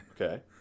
Okay